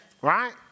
Right